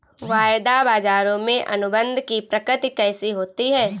वायदा बाजारों में अनुबंध की प्रकृति कैसी होती है?